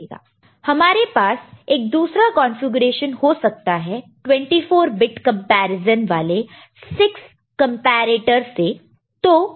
हमारे पास एक दूसरा कॉन्फ़िगरेशन हो सकता है 24 बिट कंपैरिजन वाले 6 कंपैरेटर से